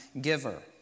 giver